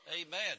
Amen